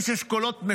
איש אשכולות,